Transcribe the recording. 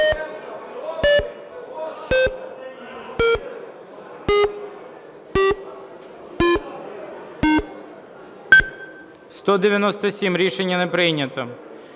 Рішення не прийнято.